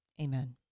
Amen